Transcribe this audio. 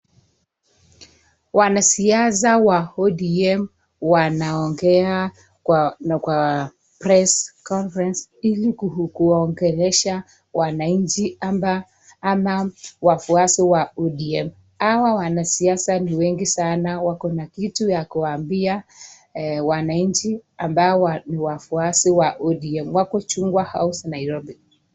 Wanasiasa wa ODM wanaongea kwa press comference ili kuwaongelesha wananchi ama wafuasi wa ODM , hawa wanasiasa ni wengi sana kuna kitu ya kuwaambia wananchi ambao ni wafuasi wa ODM , wako Chungwa House Nairobi.